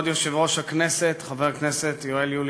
כבוד יושב-ראש הכנסת חבר הכנסת יולי